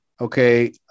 okay